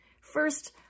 First